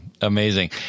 Amazing